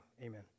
amen